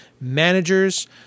managers